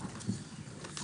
הישיבה ננעלה בשעה 12:46.